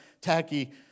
tacky